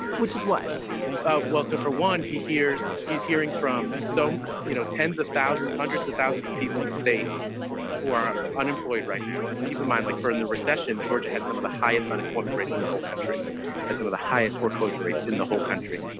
which is what was so for one, he hears he's hearing from some, you know, tens of thousands, hundreds of thousands of people in the state who are unemployed right now. keep in mind, like for in the recession, georgia had some of the highest unemployment rates in the whole country and some of the highest foreclosure rates in the whole country.